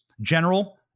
General